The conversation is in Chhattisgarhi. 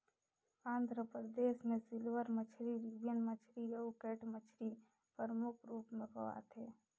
आंध्र परदेस में सिल्वर मछरी, रिबन मछरी अउ कैट मछरी परमुख रूप में पवाथे